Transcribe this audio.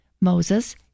Moses